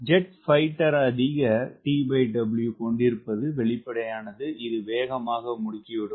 jet fighter அதிக TW கொண்டிருப்பது வெளிப்படையானது இது வேகமாக முடுக்கிவிடும்